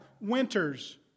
winters